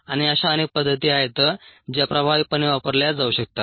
आणि अशा अनेक पद्धती आहेत ज्या प्रभावीपणे वापरल्या जाऊ शकतात